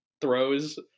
throws